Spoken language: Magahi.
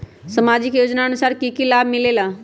समाजिक योजनानुसार कि कि सब लाब मिलीला?